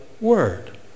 word